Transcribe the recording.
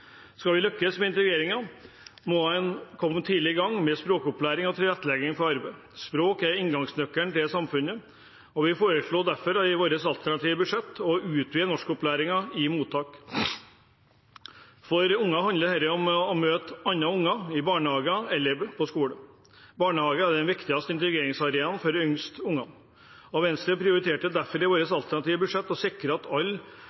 Skal vi lykkes med integreringen, må en komme tidlig i gang med språkopplæring og tilrettelegging for arbeid. Språk er inngangsnøkkelen til samfunnet, og vi foreslo derfor i vårt alternative budsjett å utvide norskopplæringen i mottak. For unger handler dette om å møte andre unger i barnehagen eller på skolen. Barnehagen er den viktigste integreringsarenaen for de yngste barna. Venstre prioriterte derfor i